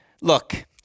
look